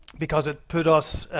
because it put us,